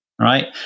Right